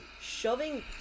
Shoving